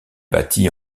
bâtie